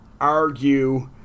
argue